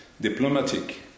diplomatic